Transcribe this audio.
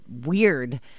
weird